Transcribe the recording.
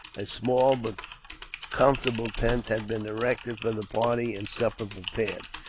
a small but comfortable tent had been erected for the party, and supper prepared.